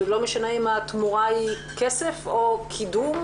לא משנה אם התמורה היא כסף או קידום,